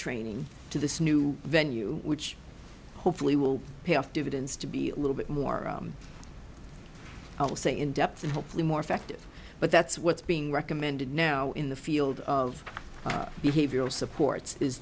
training to this new venue which hopefully will pay off dividends to be a little bit more i will say in depth and hopefully more effective but that's what's being recommended now in the field of behavioral supports is